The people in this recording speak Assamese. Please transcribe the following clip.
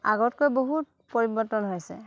আগতকৈ বহুত পৰিৱৰ্তন হৈছে